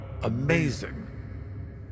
amazing